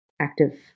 active